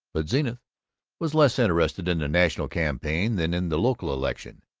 but zenith was less interested in the national campaign than in the local election.